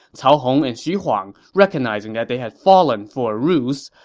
cao hong and xu huang, recognizing that they had fallen for a ruse,